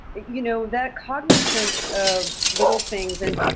you know that cognizance of little things. and,